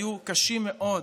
היו קשים מאוד,